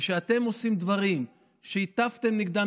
כשאתם עושים דברים שהטפתם נגדם,